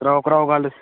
कराओ कराओ गल्ल